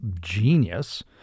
genius